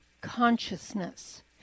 consciousness